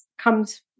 comes